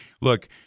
Look